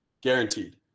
guaranteed